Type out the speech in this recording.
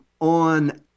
on